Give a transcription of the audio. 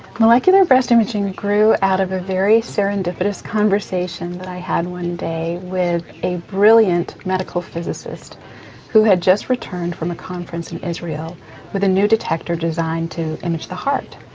molecular breast imaging grew out of a very serendipitous conversation that i had one day with a brilliant medical physicist who had just returned from a conference in israel with a new detector designed to image the heart.